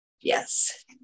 Yes